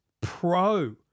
pro